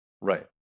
Right